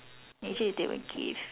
usually they will give